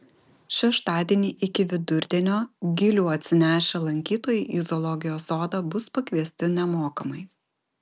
šeštadienį iki vidurdienio gilių atsinešę lankytojai į zoologijos sodą bus pakviesti nemokamai